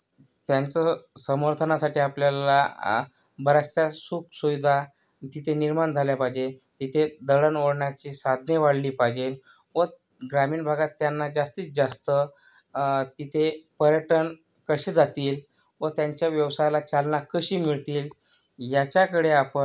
त्यांचं समर्थनासाठी आपल्याला बऱ्याचशा सुखसुविधा तिथे निर्माण झाल्या पाहिजे तिथे दळणवळणाची साधने वाढली पाहिजेल व ग्रामीण भागात त्यांना जास्तीत जास्त तिथे पर्यटन कसे जातील व त्यांच्या व्यवसायाला चालना कशी मिळतील याच्याकडे आपण